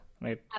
right